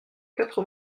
quatre